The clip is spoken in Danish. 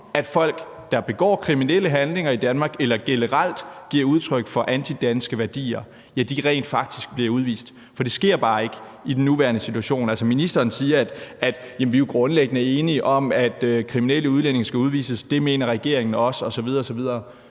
at folk, der begår kriminelle handlinger i Danmark eller generelt giver udtryk for antidanske værdier, rent faktisk bliver udvist, for det sker bare ikke i den nuværende situation. Altså, ministeren siger, at vi grundlæggende er enige om, at kriminelle udlændinge skal udvises, og at det mener regeringen også osv. osv.